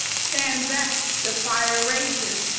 stand back the fire rages.